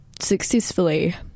successfully